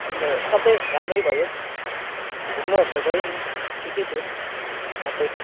अन्त सबै राम्रै भयो घुम्नुहरू त गयो नि ठिकै थियो सबै